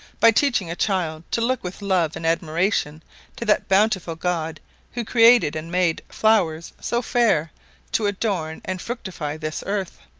by teaching a child to look with love and admiration to that bountiful god who created and made flowers so fair to adorn and fructify this earth.